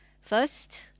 First